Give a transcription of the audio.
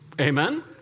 Amen